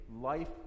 life